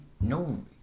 no